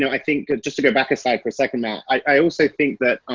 i think just to go back aside for a second matt, i also think that